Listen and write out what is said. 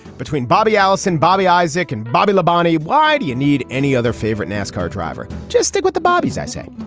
between bobby allison bobby isaac and bobby la bonnie why do you need any other favorite nascar driver. just stick with the bobby's i say.